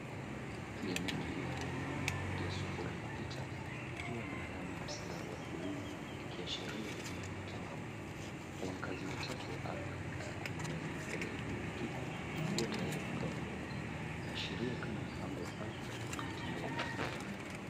Kliniki ya rununu, ya sufuri kupita ikiwa na alama ya msalaba wa buluu, ikiashara huduma ya matibabu. Wafanyakazi watatu wa afya wamekaa kwenye meza mbele ya kliniki wakiwa tayari kutoa huduma, ya asiria kama mpango wa afya unaotembezwa.